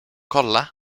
kolla